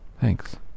thanks